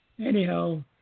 Anyhow